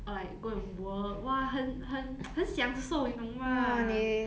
or like go and work !wah! 很很很享受你懂 mah